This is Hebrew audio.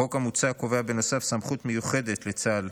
החוק המוצע קובע בנוסף סמכות מיוחדת לצה"ל